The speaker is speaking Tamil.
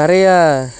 நிறையா